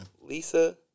Lisa